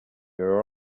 are